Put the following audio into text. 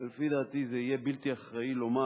ולפי דעתי זה יהיה בלתי אחראי לומר